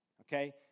okay